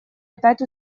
опять